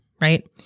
right